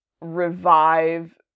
revive